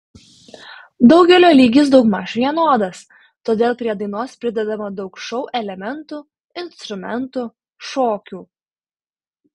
daugelio lygis daugmaž vienodas todėl prie dainos pridedama daug šou elementų instrumentų šokių